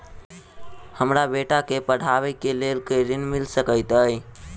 हमरा बेटा केँ पढ़ाबै केँ लेल केँ ऋण मिल सकैत अई?